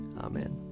Amen